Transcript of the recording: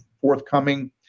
forthcoming